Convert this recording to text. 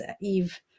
Eve